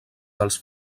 dels